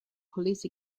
police